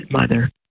Mother